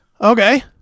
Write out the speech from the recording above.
Okay